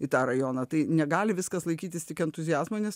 į tą rajoną tai negali viskas laikytis tik entuziazmo nes